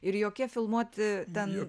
ir jokie filmuoti ten